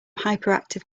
hyperactive